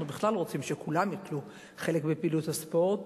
אנחנו בכלל רוצים שכולם ייטלו חלק בפעילות הספורט,